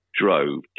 drove